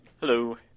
Hello